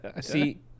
See